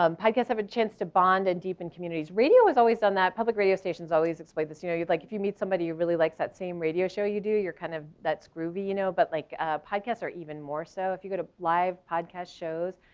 um podcast have a chance to bond and deepen communities, radio is always on that, public radio stations always explain this, you know you'd like if you meet somebody who really likes that same radio show you do. you're kind of that screwby you know but like podcasts are even more so if you go to live podcast shows,